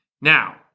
Now